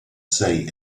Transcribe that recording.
say